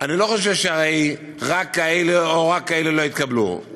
אני לא חושב שרק כאלה או רק כאלה לא התקבלו,